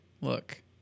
Look